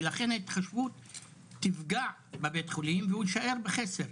ולכן ההתחשבנות תפגע בבית חולים והוא יישאר בחסר.